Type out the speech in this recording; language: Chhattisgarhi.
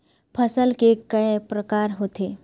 फसल के कय प्रकार होथे?